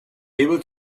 able